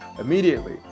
immediately